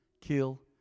kill